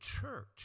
church